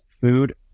food